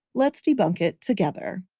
let's debunk it together.